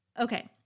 Okay